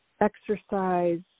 exercise